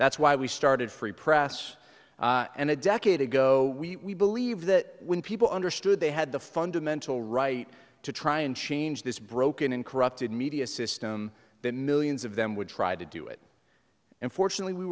that's why we started free press and a decade ago we believe that when people understood they had the fundamental right to try and change this broken and corrupted media system that millions of them would try to do it and fortunately we